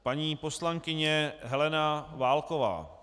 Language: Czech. Paní poslankyně Helena Válková.